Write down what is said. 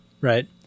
right